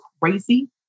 crazy